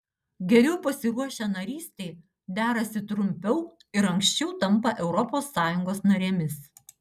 geriau pasiruošę narystei derasi trumpiau ir anksčiau tampa europos sąjungos narėmis